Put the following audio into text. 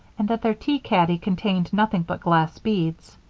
and that their tea-caddy contained nothing but glass beads.